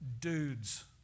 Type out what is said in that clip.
dudes